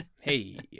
Hey